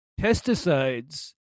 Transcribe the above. pesticides